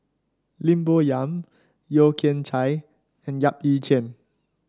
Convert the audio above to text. Lim Bo Yam Yeo Kian Chye and Yap Ee Chian